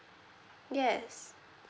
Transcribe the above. yes